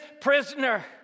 prisoner